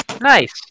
Nice